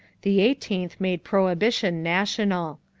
the eighteenth made prohibition national.